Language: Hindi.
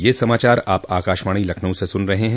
ब्रे क यह समाचार आप आकाशवाणी लखनऊ से सुन रहे हैं